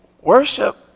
worship